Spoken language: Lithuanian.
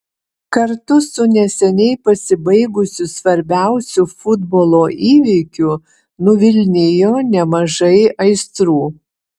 kartu su neseniai pasibaigusiu svarbiausiu futbolo įvykiu nuvilnijo nemažai aistrų